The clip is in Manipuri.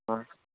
ꯑꯥ